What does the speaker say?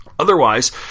Otherwise